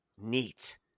Neat